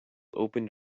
opened